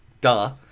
duh